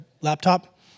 laptop